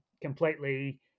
completely